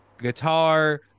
guitar